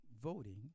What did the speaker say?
voting